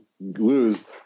lose